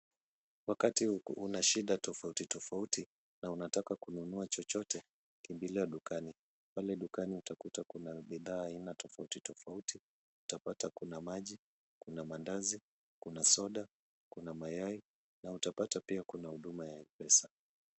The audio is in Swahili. Wakati una shida tofauti tofauti na unataka kununua chochote kimbilia dukani. Pale dukani utakuta kuna bidhaa ya aina tofauti tofauti. Utapata kuna maji, kuna mandazi, kuna soda, kuna mayai na utapata pia kuna huduma ya M-Pesa.